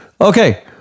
Okay